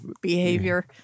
behavior